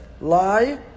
Lie